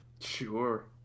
Sure